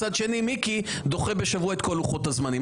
מצד שני מיקי דוחה בשבוע את כל לוחות הזמנים.